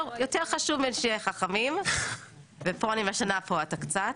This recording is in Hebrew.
יותר חשוב מלהיות חכמים, ופה אני משנה קצת,